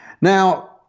Now